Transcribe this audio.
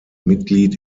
mitglied